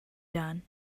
done